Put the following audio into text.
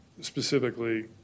specifically